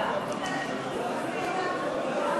מה מוקדם?